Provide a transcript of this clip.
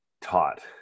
taught